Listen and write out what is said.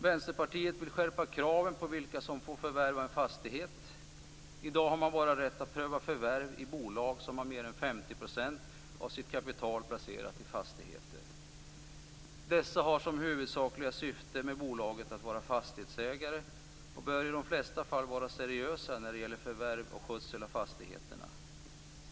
Vänsterpartiet vill skärpa kraven på vilka som får förvärva en fastighet. I dag har man bara rätt att pröva förvärv i bolag som har mer än 50 % av sitt kapital placerat i fastigheter. Dessa bolag har som huvudsakligt syfte att vara fastighetsägare och bör i de flesta fall vara seriösa när det gäller förvärv och skötsel av fastigheterna.